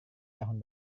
tahun